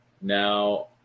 Now